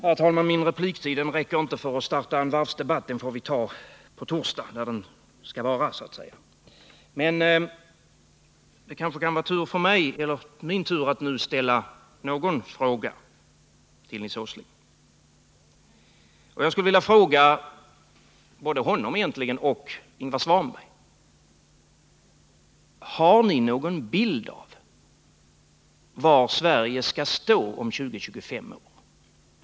Herr talman! Min repliktid räcker inte för att starta en varvsdebatt — den får vi föra i morgon som planerat. Jag skulle i stället vilja fråga Nils Åsling och också Ingvar Svanberg: Har ni någon bild av var Sverige skall stå om 20-25 år?